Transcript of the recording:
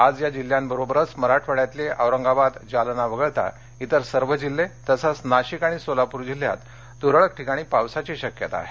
आज या जिल्ह्यांबरोबरच मराठवाड़यातले औरंगाबाद जालना वगळता इतर सर्व जिल्हे तसंच नाशिक आणि सोलापूर जिल्ह्यात तुरळक ठिकाणी पावसाची शक्यता आहे